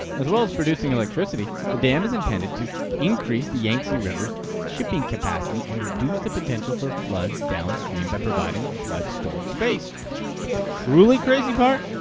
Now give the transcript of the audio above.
as well as producing electricity, the dam is intended to increase the yangtze river's shipping capacity and reduce the potential for floods downstream by providing flood storage space. but the truly crazy part!